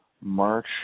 March